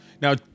Now